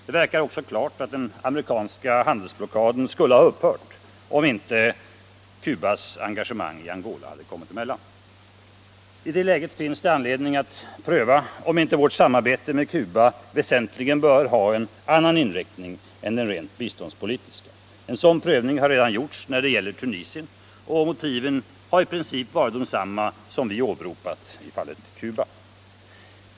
Det verkar också klart att den amerikanska handelsblockaden skulle ha upphört om inte Cubas engagemang i Angola hade kommit emellan. I det läget finns det anledning att pröva om inte vårt samarbete med Cuba väsentligen bör ha en annan inriktning än den rent biståndspolitiska. En sådan prövning har redan gjorts när det gäller Tunisien, och motiven har i princip varit desamma som dem vi åberopat i fallet Cuba.